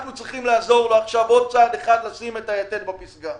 אנחנו צריכים לעזור לו עכשיו עוד צעד אחד לשים את היתד בפסגה.